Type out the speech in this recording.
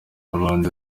abahanzi